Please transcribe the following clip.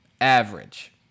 Average